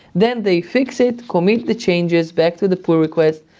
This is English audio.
then they fix it, commit the changes, back to the pull request.